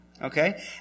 Okay